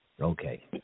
Okay